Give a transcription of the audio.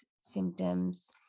symptoms